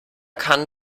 kann